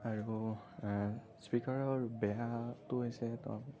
আৰু স্পীকাৰৰ বেয়াটো হৈছে